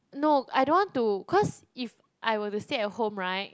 no I don't want to cause if I were to stay at home right